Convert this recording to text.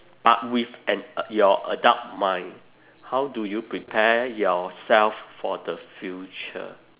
but with an uh your adult mind how do you prepare yourself for the future